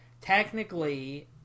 technically